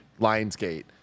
lionsgate